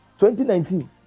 2019